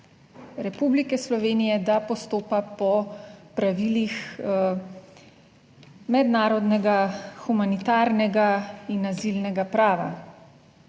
Republike Slovenije, da postopa po pravilih mednarodnega humanitarnega in azilnega prava.